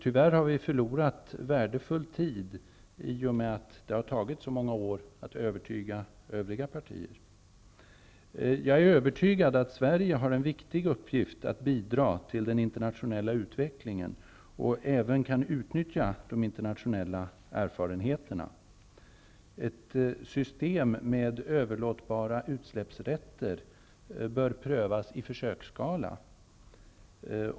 Tyvärr har vi förlorat värdefull tid i och med att det har tagit så många år att övertyga övriga partier. Jag är övertygad om att Sverige har en viktig uppgift i att bidra till den internationella utvecklingen och att vi även kan utnyttja de internationella erfarenheterna. Ett system med överlåtbara utsläppsrätter bör prövas i försöksskala.